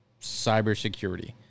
cybersecurity